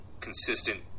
consistent